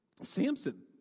Samson